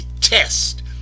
test